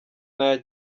n’aya